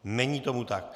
Není tomu tak.